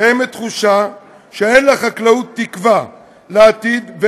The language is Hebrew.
קיימת תחושה שאין לחקלאות תקווה לעתיד,